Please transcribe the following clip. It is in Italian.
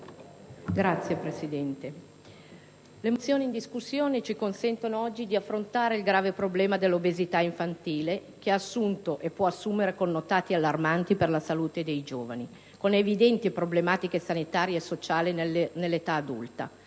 Le mozioni ci consentono oggi di affrontare il grave problema dell'obesità infantile, che ha assunto e può assumere connotati allarmanti per la salute dei giovani con evidenti problematiche sanitarie e sociali nell'età adulta.